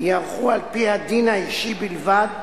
ייערכו על-פי הדין האישי בלבד,